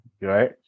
right